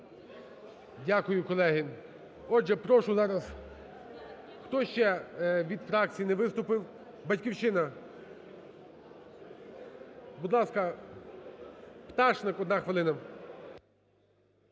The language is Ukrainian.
Дякую, колеги. Отже, прошу зараз, хто ще від фракцій не виступив? "Батьківщина"? Будь ласка, Пташник, одна хвилина.